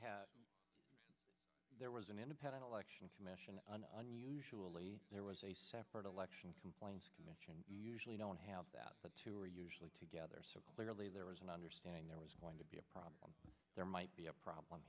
have there was an independent election commission an unusually there was a separate election complaints commission usually don't have that but two are usually together so clearly there was an understanding there was going to be a problem there might be a problem